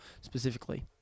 specifically